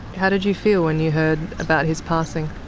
how did you feel when you heard about his passing?